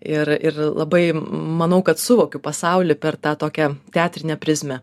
ir ir labai manau kad suvokiau pasaulį per tą tokią teatrinę prizmę